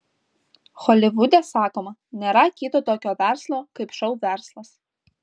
holivude sakoma nėra kito tokio verslo kaip šou verslas